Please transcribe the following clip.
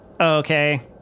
Okay